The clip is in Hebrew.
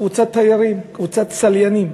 קבוצת תיירים, קבוצת צליינים.